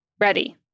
Ready